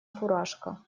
фуражка